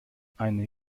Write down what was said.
eine